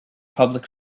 public